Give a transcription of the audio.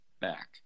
back